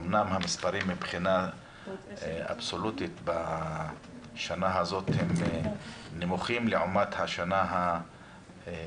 אמנם המספרים מבחינה אבסולוטית בשנה הזאת הם נמוכים לעומת השנה הקודמת